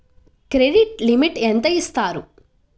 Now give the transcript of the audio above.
Credit limit ఎంత ఇస్తారు?